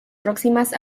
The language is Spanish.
próximas